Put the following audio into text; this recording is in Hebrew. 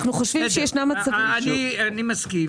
אנחנו חושבים שישנם מצבים --- אני מסכים,